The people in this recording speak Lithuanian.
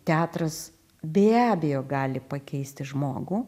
teatras be abejo gali pakeisti žmogų